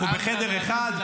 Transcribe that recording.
אנחנו בחדר אחד.